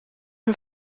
her